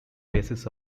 basis